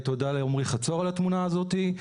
תודה לעמרי חצור על התמונה הזאת.